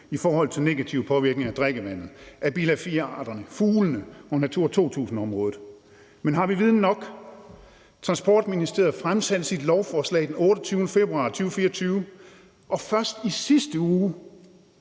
i forhold til negative påvirkninger af drikkevandet, af bilag IV-dyrearter, fuglene og Natura 2000-området. Men har vi viden nok? Transportministeriet fremsendte sit lovforslag den 28. februar 2024, og først i sidste uge,